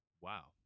Wow